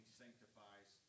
sanctifies